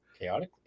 Chaotically